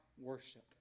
worship